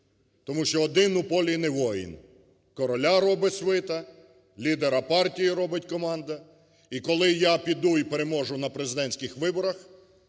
тому що один у полі не воїн. Короля робить світа, лідера партії робить команда. І коли я піду і переможу на президентських виборах,